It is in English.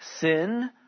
sin